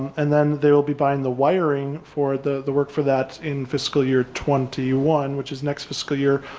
and then they will be buying the wiring for the the work for that in fiscal year twenty one, which is next fiscal year.